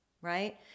right